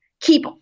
keep